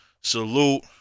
salute